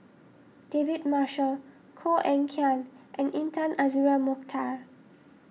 David Marshall Koh Eng Kian and Intan Azura Mokhtar